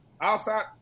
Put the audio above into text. outside